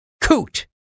coot